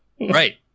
Right